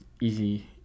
easy